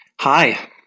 Hi